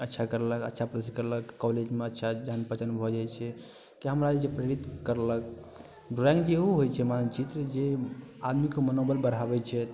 अच्छा करलक अच्छा प्रयास करलक कॉलेजमे अच्छा जान पहचान भऽ जाइ छै कि हमरा जे प्रेरित करलक ड्रॉइंग जेहो होइ छै मानचित्र जे आदमीके मनोबल बढ़ाबै छथि